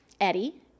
Eddie